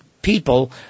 People